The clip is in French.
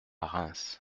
reims